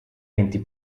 enti